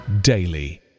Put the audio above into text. daily